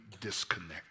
disconnect